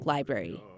Library